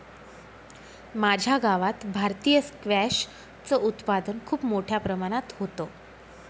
माझ्या गावात भारतीय स्क्वॅश च उत्पादन खूप मोठ्या प्रमाणात होतं